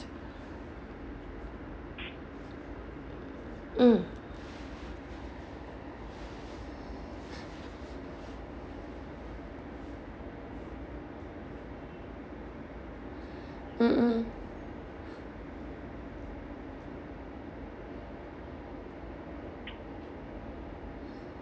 mm mmhmm